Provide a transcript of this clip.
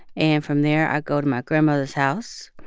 and from there, i go to my grandmother's house.